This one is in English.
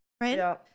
Right